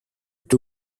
two